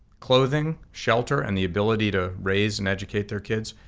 clothing, shelter, and the ability to raise and educate their kids,